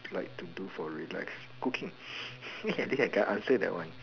like to do for relax cooking eh I can I can answer that one